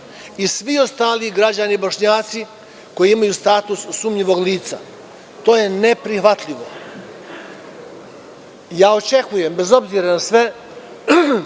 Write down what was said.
i svi ostali građani Bošnjaci koji imaju status sumnjivog lica. To je neprihvatljivo. Očekujem, bez obzira na sve,